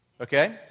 okay